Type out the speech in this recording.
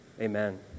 Amen